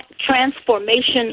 Transformation